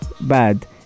bad